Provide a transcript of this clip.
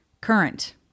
current